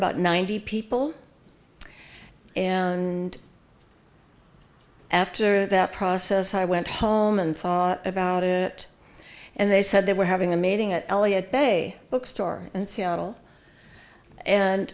about ninety people and after that process i went home and thought about it and they said they were having a meeting at elliott bay book store in seattle and